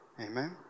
Amen